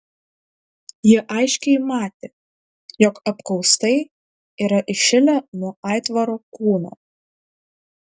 ji aiškiai matė jog apkaustai yra įšilę nuo aitvaro kūno